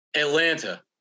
Atlanta